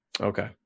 Okay